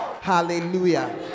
hallelujah